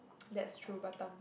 that's true batam